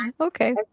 okay